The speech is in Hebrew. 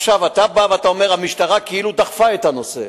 עכשיו אתה בא ואומר: המשטרה כאילו דחפה את הנושא.